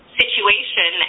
situation